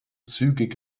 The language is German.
zügig